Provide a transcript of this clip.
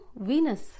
Venus